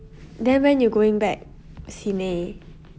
then when you going back simei